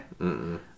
-mm